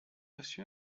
reçu